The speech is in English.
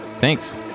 Thanks